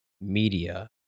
media